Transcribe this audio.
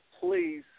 please